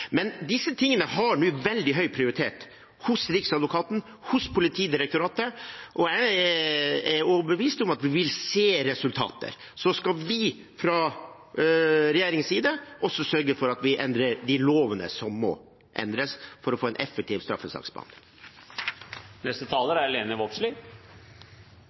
Men disse tingene har nå veldig høy prioritet – hos Riksadvokaten, hos Politidirektoratet – og jeg er overbevist om at vi vil se resultater. Så skal vi fra regjeringens side også sørge for at vi endrer de lovene som må endres for å få en effektiv straffesaksbehandling.